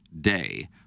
day